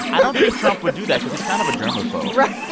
i don't think trump would do that because he's kind of a germaphobe right?